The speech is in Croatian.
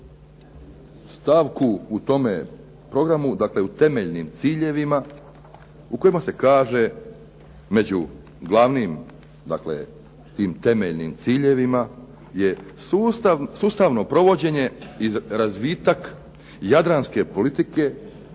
dakle u temeljnim ciljevima u kojima se kaže među glavnim, dakle tim temeljnim ciljevima je sustavno provođenje i razvitak jadranske politike